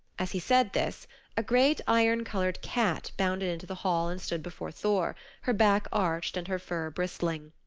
as he said this a great iron-colored cat bounded into the hall and stood before thor, her back arched and her fur bristling.